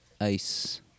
Ice